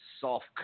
soft